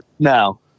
No